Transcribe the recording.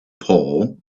pole